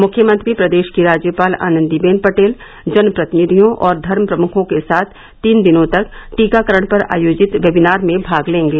मुख्यमंत्री प्रदेश की राज्यपाल आनन्दीबेन पटेल जनप्रतिनिधियों और धर्म प्रमुखों के साथ तीन दिनों तक टीकाकरण पर आयोजित वेबिनार में भाग लेंगे